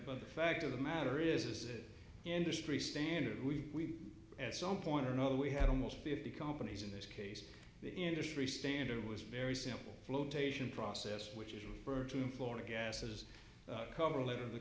but the fact of the matter is is it industry standard we at some point or another we had almost fifty companies in this case the industry standard was very simple flotation process which is referred to florida gases coverlet of the